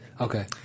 Okay